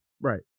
Right